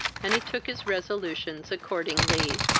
and he took his resolutions accordingly.